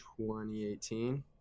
2018